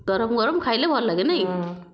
ଗରମ ଗରମ ଖାଇଲେ ଭଲଲାଗେ ନାଇଁ ହଁ